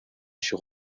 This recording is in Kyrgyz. иши